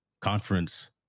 conference